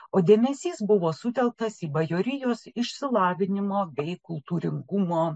o dėmesys buvo sutelktas į bajorijos išsilavinimą bei kultūringumo